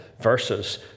verses